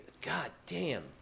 goddamn